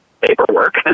paperwork